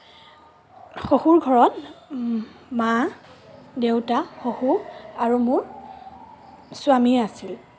শহুৰ ঘৰত মা দেউতা শহুৰ আৰু মোৰ স্বামী আছিল